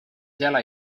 gela